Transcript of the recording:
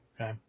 Okay